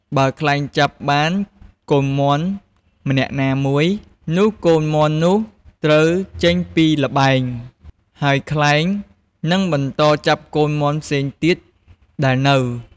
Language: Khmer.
បើខ្លែងចាប់បានកូនមាន់នាក់ណាមួយ នោះកូនមាន់នោះត្រូវចេញពីល្បែង ហើយខ្លែងនឹងបន្តចាប់កូនមាន់ផ្សេងទៀតដែលនៅ។